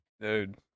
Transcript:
Dude